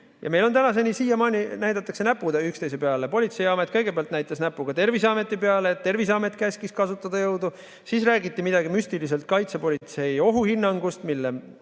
näidatakse tänaseni, siiamaani näpuga üksteise peale. Politseiamet kõigepealt näitas näpuga Terviseameti peale, et Terviseamet käskis kasutada jõudu, siis räägiti midagi müstilisest kaitsepolitsei ohuhinnangust, mille